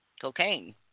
cocaine